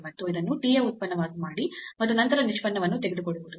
ಮತ್ತು ಇದನ್ನು t ಯ ಉತ್ಪನ್ನವನ್ನಾಗಿ ಮಾಡಿ ಮತ್ತು ನಂತರ ನಿಷ್ಪನ್ನವನ್ನು ತೆಗೆದುಕೊಳ್ಳುವುದು